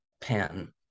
pen